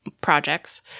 projects